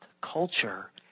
Culture